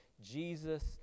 Jesus